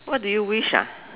what do you wish ah